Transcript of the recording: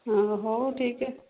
ହଁ ହଉ ଠିକ ଅଛି